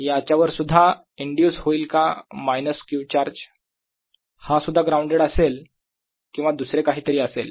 याच्यावर सुद्धा इंड्यूस होईल का मायनस Q चार्ज हा सुद्धा ग्राउंडेड असेल किंवा दुसरे काहीतरी असेल